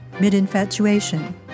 mid-infatuation